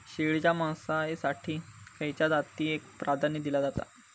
शेळीच्या मांसाएसाठी खयच्या जातीएक प्राधान्य दिला जाता?